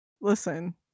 Listen